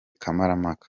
kamarampaka